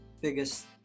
biggest